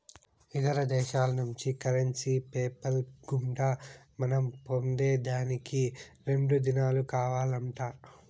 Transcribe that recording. ఇతర దేశాల్నుంచి currency PayPal గుండా మనం పొందేదానికి రెండు దినాలు కావాలంట